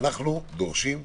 אנו דורשים הכרעה.